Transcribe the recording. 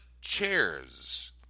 chairs